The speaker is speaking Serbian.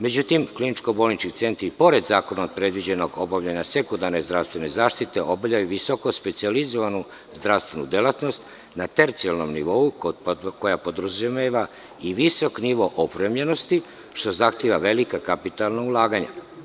Međutim, kliničko-bolnički centri pored zakonom predviđenog obavljanja sekundarne zdravstvene zaštite obavljaju i visoko specijalizovanu zdravstvenu delatnost na tercijalnom nivou, koja podrazumeva i visok nivo opremljenosti, što zahteva velika kapitalna ulaganja.